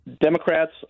Democrats